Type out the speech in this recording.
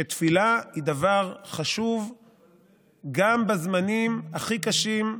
שתפילה היא דבר חשוב גם בזמנים הכי קשים,